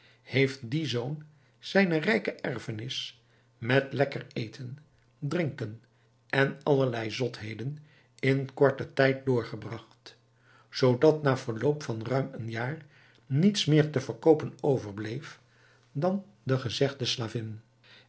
heeft die zoon zijne rijke erfenis met lekker eten drinken en allerlei zotheden in korten tijd doorgebragt zoodat na verloop van ruim een jaar niets meer te verkoopen overbleef dan gezegde slavin